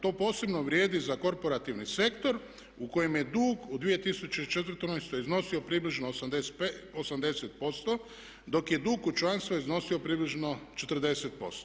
To posebno vrijedi za korporativni sektor u kojem je dug u 2014. iznosio približno 80% dok je dug kućanstva iznosio približno 40%